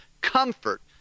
comfort